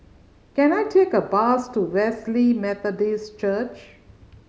can I take a bus to Wesley Methodist Church